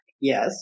Yes